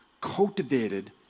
cultivated